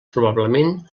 probablement